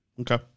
Okay